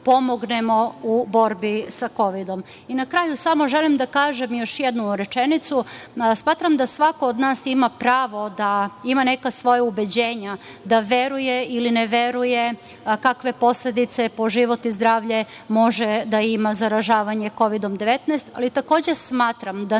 pomognemo u borbi sa kovidom. Na kraju samo želim da kažem još jednu rečenicu. Smatram da svako od nas ima pravo da ima neka svoja ubeđenje da veruje ili ne veruje kakve posledice po život i zdravlje može da ima zaražavanje Kovidom 19, ali takođe smatram da